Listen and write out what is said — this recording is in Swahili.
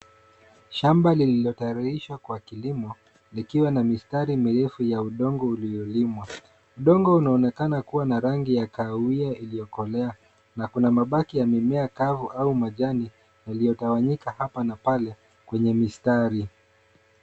Shamba lililotayarishwa kwa kilimo likiwa na mistari mirefu ya udongo uliyolimwa. Udongo unaonekana kuwa na rangi ya kahawia iliyokolea na kuna mabaki ya mimea kavu au majani yaliyotawanyika hapa na pale kwenye mistari.